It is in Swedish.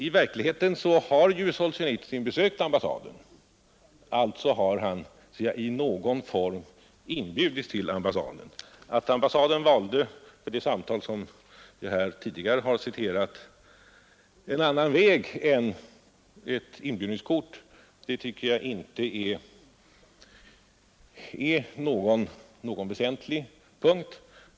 I verkligheten har ju Solsjenitsyn besökt ambassaden; alltså har han i någon form inbjudits till ambassaden. Att ambassaden för det samtal jag här tidigare har citerat valde en annan väg än att överlämna ett inbjudningskort, tycker jag inte är någon väsentlig punkt.